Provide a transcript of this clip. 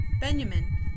Benjamin